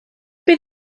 bydd